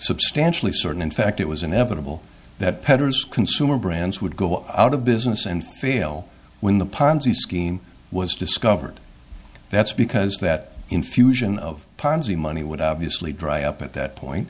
substantially certain in fact it was inevitable that pedders consumer brands would go out of business and fail when the ponzi scheme was discussed but that's because that infusion of ponzi money would obviously dry up at that point